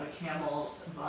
camel's